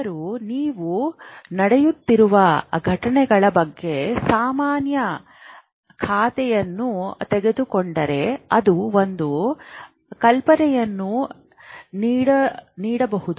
ಅವರು ನೀವು ನಡೆಯುತ್ತಿರುವ ಘಟನೆಗಳ ಬಗ್ಗೆ ಸಾಮಾನ್ಯ ಖಾತೆಯನ್ನು ತೆಗೆದುಕೊಂಡರೆ ಅದು ಒಂದು ಕಲ್ಪನೆಯನ್ನು ನೀಡದಿರಬಹುದು